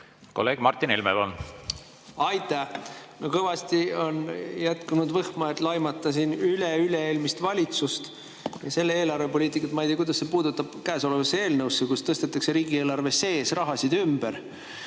sees kulusid ümber. Aitäh! Kõvasti on jätkunud võhma, et laimata siin üle-üle-eelmist valitsust ja selle eelarvepoliitikat. Ma ei tea, kuidas see puutub käesolevasse eelnõusse, kus tõstetakse riigieelarve sees rahasid ümber.